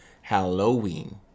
Halloween